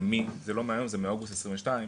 זה לא מהיום זה מאוגוסט 2022,